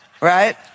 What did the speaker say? Right